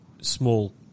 small